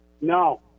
No